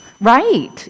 Right